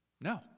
no